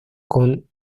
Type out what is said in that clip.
con